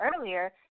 earlier